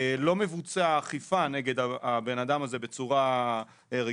לא מבוצע אכיפה נגד הבן אדם הזה בצורה רגילה.